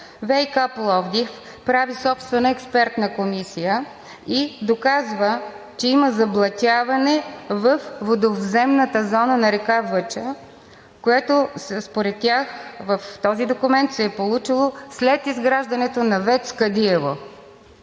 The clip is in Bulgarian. ВиК – Пловдив, прави собствена експертна комисия и доказва, че има заблатяване във водовземната зона на река Въча, което според тях – в този документ, се е получило след изграждането на ВЕЦ „Кадиево“.